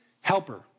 Helper